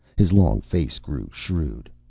his long face grew shrewd.